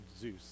Zeus